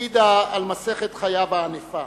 העידה על מסכת חייו הענפה.